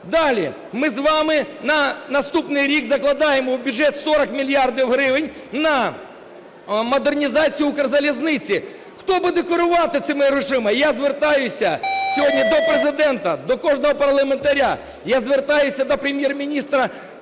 Далі. Ми з вами на наступний рік закладаємо в бюджет 40 мільярдів гривень на модернізацію Укрзалізниці. Хто буде керувати цими грошима? Я звертаюся сьогодні до Президента, до кожного парламентаря. Я звертаюся до Прем'єр-міністра